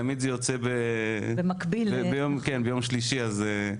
תמיד זה יוצא ביום שלישי אז,